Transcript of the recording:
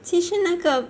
其实那个